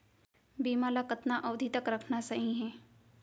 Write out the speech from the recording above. बीमा ल कतना अवधि तक रखना सही हे?